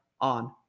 on